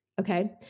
Okay